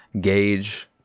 gauge